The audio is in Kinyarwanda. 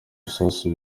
bisasu